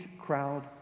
crowd